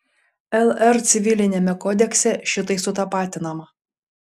lr civiliniame kodekse šitai sutapatinama